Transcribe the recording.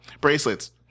bracelets